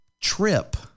trip